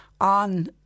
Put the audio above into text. on